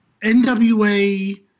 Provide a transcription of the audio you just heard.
NWA